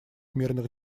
мирных